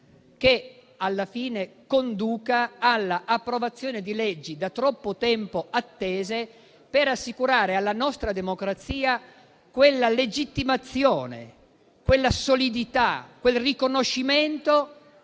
che alla fine conduca all'approvazione di leggi da troppo tempo attese, per assicurare alla nostra democrazia quella legittimazione, quella solidità e quel riconoscimento